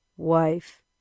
Wife